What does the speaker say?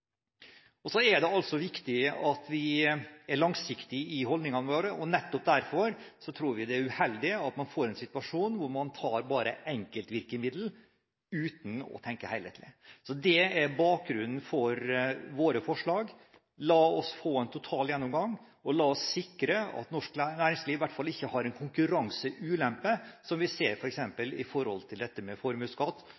Så er det viktig at vi er langsiktige i holdningene våre. Nettopp derfor tror vi det er uheldig at man bare tar enkeltvirkemidler uten å tenke helhetlig. Det er bakgrunnen for våre forslag: La oss få en total gjennomgang, og la oss sikre at norsk næringsliv ikke har en konkurranseulempe, som vi ser